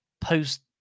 post